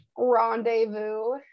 rendezvous